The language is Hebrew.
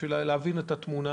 בשביל להבין את התמונה הכוללת.